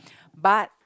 but